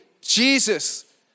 Jesus